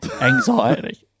anxiety